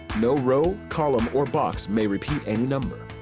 no row, column, or box may repeat any number.